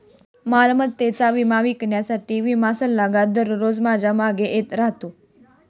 मालमत्तेचा विमा विकण्यासाठी विमा सल्लागार दररोज माझ्या मागे येत राहतो